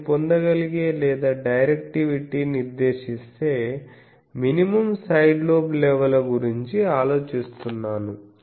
నేను పొందగలిగే లేదా డైరెక్టివిటీ నిర్దేశిస్తే మినిమం సైడ్ లోబ్ లెవెల్ ల గురించి ఆలోచిస్తున్నాను